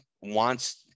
wants